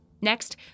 Next